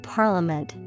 parliament